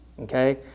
Okay